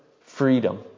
Freedom